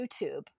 YouTube